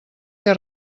què